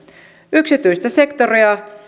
yksityistä sektoria